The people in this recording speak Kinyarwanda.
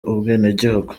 ubwenegihugu